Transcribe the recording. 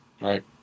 Right